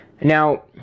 Now